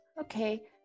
Okay